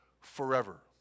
forever